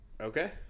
Okay